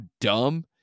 dumb